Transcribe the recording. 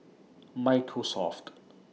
Microsoft